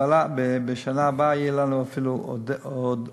בשנה הבאה יהיה לנו אפילו עודף.